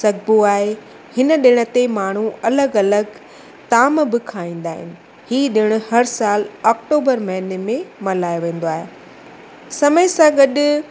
सघिबो आहे हिन ॾिण ते माण्हू अलॻि अलॻि ताम बि खाईंदा आहिनि ही ॾिणु हर साल ऑक्टोबर महीने में मल्हायो वेंदो आहे समय सां गॾु